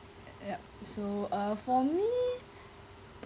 yup so uh for me